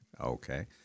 okay